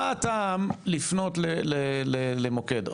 מה הטעם לפנות למוקד?